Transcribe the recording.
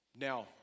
Now